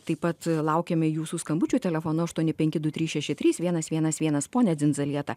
taip pat laukiame jūsų skambučių telefonu aštuoni penki du trys šeši trys vienas vienas vienas ponia dzindzaleta